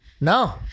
no